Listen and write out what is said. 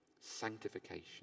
Sanctification